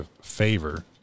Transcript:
favor